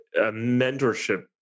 mentorship